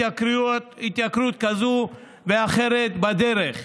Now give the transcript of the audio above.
התייקרות כזו ואחרת בדרך.